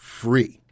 free